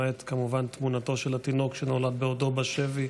למעט כמובן תמונתו של התינוק שנולד בעודו בשבי,